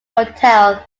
hotel